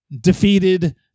defeated